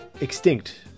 extinct